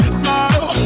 smile